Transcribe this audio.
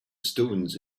stones